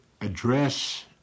address